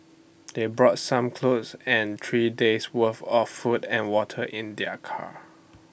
they brought some clothes and three days worth of food and water in their car